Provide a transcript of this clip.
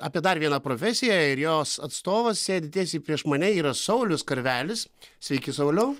apie dar vieną profesiją ir jos atstovas sėdi tiesiai prieš mane yra saulius karvelis sveiki sauliau